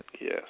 Yes